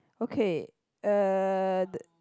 okay uh